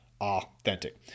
authentic